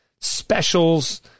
specials